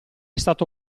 stato